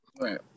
Right